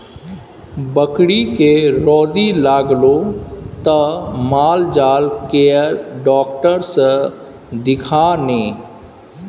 बकरीके रौदी लागलौ त माल जाल केर डाक्टर सँ देखा ने